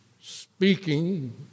speaking